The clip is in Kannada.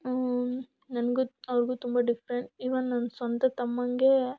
ನನಗೂ ಅವ್ರಿಗೂ ತುಂಬ ಡಿಫ್ರೆಂಟ್ ಈವನ್ ನನ್ನ ಸ್ವಂತ ತಮ್ಮನಿಗೆ